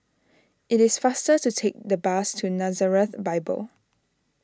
it is faster to take the bus to Nazareth Bible